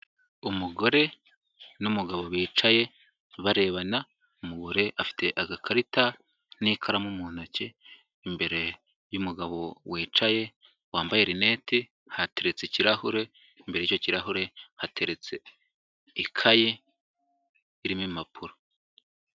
Umugore n'umugabo bicaye barebana, umugore afite agakarita n'ikaramu mu ntoki, imbere y'umugabo wicaye, wambaye rinete hateretse ikirahure, imbere y'icyo kirahure hateretse ikaye irimo impapuro.